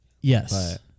yes